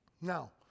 Now